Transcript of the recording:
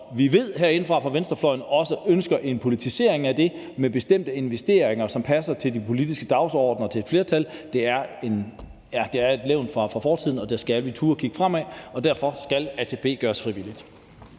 som vi herinde ved at venstrefløjen også ønsker en politisering af med bestemte investeringer, som passer til de politiske dagsordener hos et flertal, er et levn fra fortiden, og der skal vi turde kigge fremad. Derfor skal ATP gøres frivilligt.